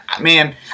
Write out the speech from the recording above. man